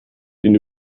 den